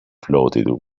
floated